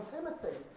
Timothy